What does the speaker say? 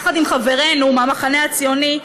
יחד עם חברינו מהמחנה הציוני,